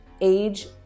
age